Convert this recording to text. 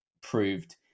proved